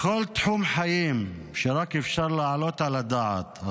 בכל תחום חיים שרק אפשר להעלות על הדעת,